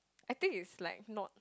I think it's like not